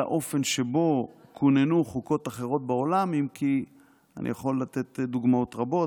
על האופן שבו כוננו חוקות אחרות בעולם אם כי אני יכול לתת דוגמאות רבות,